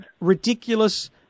ridiculous